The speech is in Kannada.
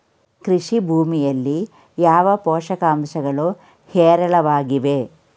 ಕೃಷಿ ಭೂಮಿಯಲ್ಲಿ ಯಾವ ಪೋಷಕಾಂಶಗಳು ಹೇರಳವಾಗಿವೆ?